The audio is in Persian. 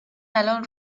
الان